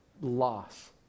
loss